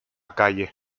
calle